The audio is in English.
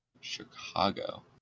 Chicago